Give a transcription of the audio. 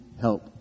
help